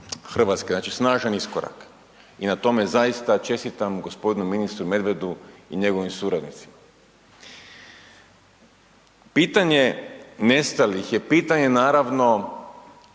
poredak RH, znači, snažan iskorak i na tome zaista čestitam g. ministru Medvedu i njegovim suradnicima. Pitanje nestalih je pitanje naravno